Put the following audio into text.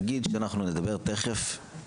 נגיד שאנחנו נדבר תכף,